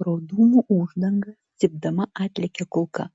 pro dūmų uždangą cypdama atlėkė kulka